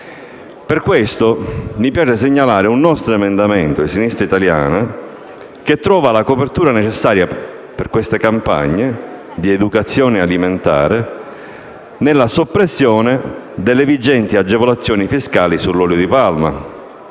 di vista mi preme segnalare un emendamento di Sinistra Italiana che trova la copertura necessaria per queste campagne di educazione alimentare nella soppressione delle vigenti agevolazioni fiscali sull'olio di palma,